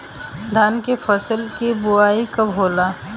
धान के फ़सल के बोआई कब होला?